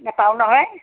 নাপাওঁ নহয়